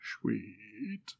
Sweet